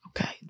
okay